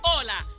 Hola